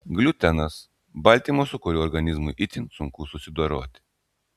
gliutenas baltymas su kuriuo organizmui itin sunku susidoroti